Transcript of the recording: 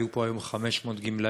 היו פה היום 500 גמלאים,